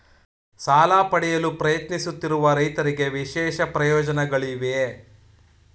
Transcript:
ಸಾಲ ಪಡೆಯಲು ಪ್ರಯತ್ನಿಸುತ್ತಿರುವ ರೈತರಿಗೆ ವಿಶೇಷ ಪ್ರಯೋಜನಗಳಿವೆಯೇ?